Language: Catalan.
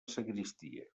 sagristia